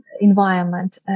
environment